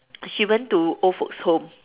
she went to old folks home